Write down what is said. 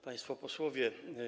Państwo Posłowie!